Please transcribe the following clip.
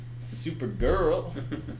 Supergirl